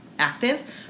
active